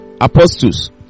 apostles